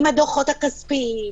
עם הדוחות הכספיים,